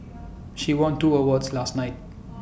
she won two awards last night